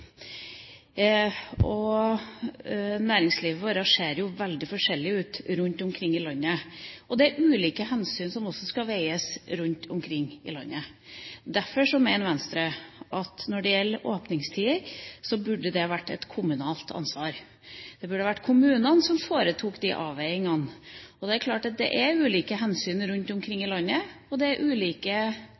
vakter. Næringslivet vårt ser veldig forskjellig ut rundt om i landet, og der er det ulike hensyn som skal avveies. Derfor mener Venstre at når det gjelder åpningstider, burde det vært et kommunalt ansvar. Det burde vært kommunene som foretok de avveiningene. Det er klart at det er ulike hensyn rundt omkring i landet, det er ulike